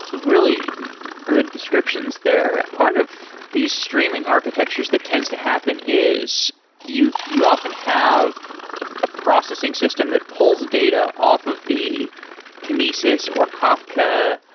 really good descriptions there. part of the streaming architectures that tends to happen is you you often have a processing system that pulls data off of the kinesis or kafka,